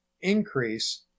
increase